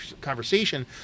conversation